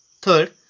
Third